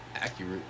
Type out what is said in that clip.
Accurate